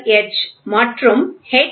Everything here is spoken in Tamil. எச் மற்றும் எச்